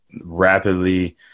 rapidly